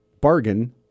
bargain